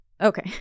Okay